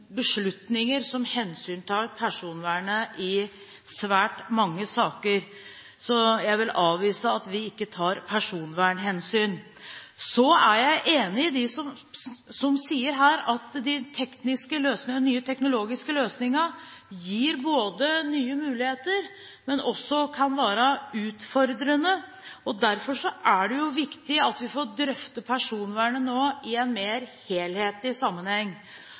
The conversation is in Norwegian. beslutninger som hensyntar personvernet i svært mange saker. Så jeg vil avvise at vi ikke tar personvernhensyn. Så er jeg enig med dem som her sier at nye teknologiske løsninger gir nye muligheter, men kan også være utfordrende. Derfor er det viktig at vi får drøftet personvernet i en mer helhetlig sammenheng.